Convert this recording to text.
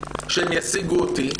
שהן ישיגו אותי,